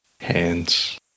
Hands